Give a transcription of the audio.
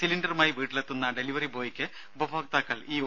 സിലിണ്ടറുമായി വീട്ടിലെത്തുന്ന ഡെലിവറി ബോയിക്ക് ഉപഭോക്താക്കൾ ഈ ഒ